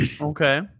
okay